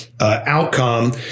outcome